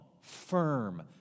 firm